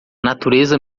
natureza